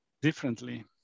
Differently